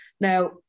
Now